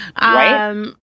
Right